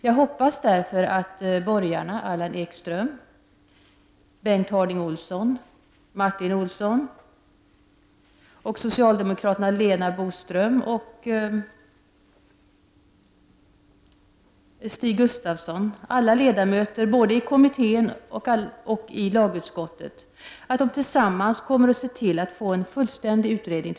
Jag hoppas därför att borgarna Allan Ekström, Bengt Harding Olson och Martin Olsson samt socialdemokraterna Lena Boström och Stig Gustafsson, alla ledamöter både i kommittén och i lagutskottet, tillsammans kommer att se till att vi får en fullständig utredning.